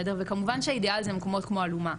וכמובן שהאידיאל זה מקומות כמו אלומה,